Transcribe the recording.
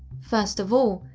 first of all,